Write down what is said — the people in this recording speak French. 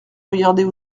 regarder